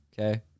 Okay